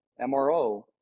MRO